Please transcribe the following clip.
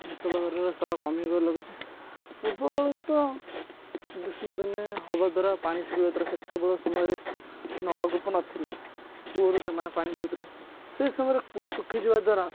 ଭୂତଳ ଜଳର ସ୍ତର କମିବାରେ ଲାଗିଛି ପୂର୍ବ କାଳରୁ ତ ଗ୍ରୀଷ୍ମ ଦିନ ହେବା ଦ୍ୱାରା ପାଣି ଶୁଖିବା ଦ୍ୱାରା ସେତେବେଳେ ସମୟରେ ନଳକୂପ ନଥିଲା କୂଅରୁ ସେମାନେ ପାଣି ପିଉଥିଲେ ସେ ସମୟରେ କୂଅ ଶୁଖିଯିବା ଦ୍ଵାରା